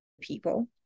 people